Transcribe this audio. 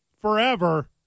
forever